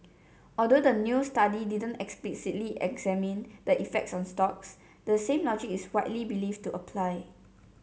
although the new study didn't explicitly examine the effect on stocks the same logic is widely believed to apply